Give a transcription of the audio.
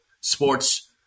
sports